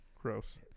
Gross